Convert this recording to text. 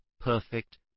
perfect